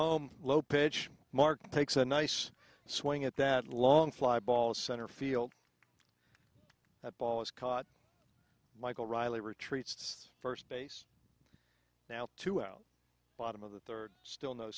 home low pitch mark takes a nice swing at that long fly balls center field that ball is caught michael reilly retreats first base now two out bottom of the third still no